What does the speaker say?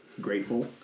grateful